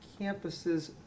campuses